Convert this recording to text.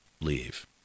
leave